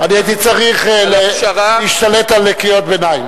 אני הייתי צריך להשתלט על קריאות ביניים.